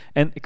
en